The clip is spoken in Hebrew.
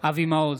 אבי מעוז,